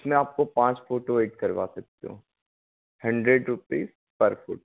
उस में आपको पाँच फ़ोटो ऐड करवा सकते हो हंड्रेड रुपी पर फ़ोटो